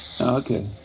Okay